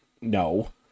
No